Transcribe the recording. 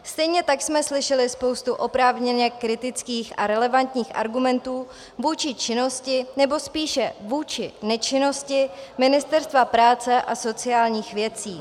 Stejně tak jsme slyšeli spoustu oprávněně kritických a relevantních argumentů buď k činnosti, nebo spíše vůči nečinnosti Ministerstva práce a sociálních věcí.